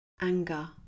anger